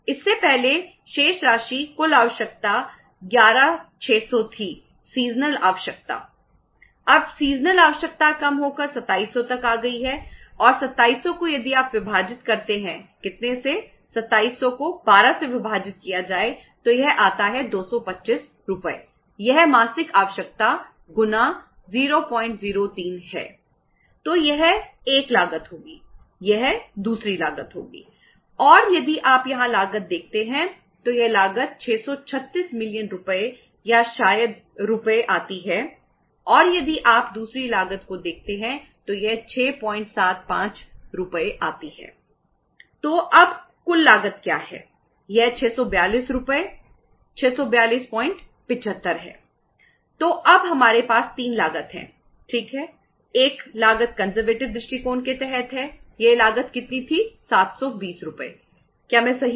इससे पहले शेष राशि कुल आवश्यकता 11600 थी सीजनल या जो भी हो